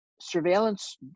surveillance